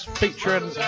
featuring